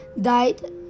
died